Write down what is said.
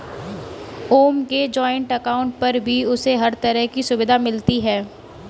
ओम के joint account पर भी उसे हर तरह की सुविधा मिलती है